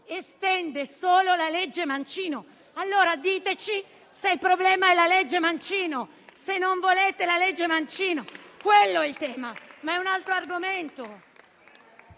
estende solo la legge Mancino. Allora diteci se il problema è la legge Mancino; se non volete la legge Mancino, quello è il tema, ma è un altro argomento.